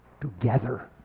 together